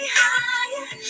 higher